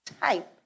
type